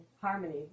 harmony